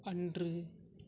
அன்று